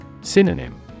Synonym